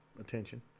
attention